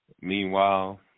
Meanwhile